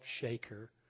shaker